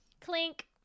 Clink